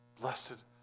Blessed